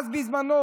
אז בזמנו,